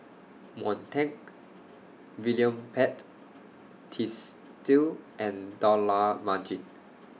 Montague William Pett Twisstii and Dollah Majid